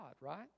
right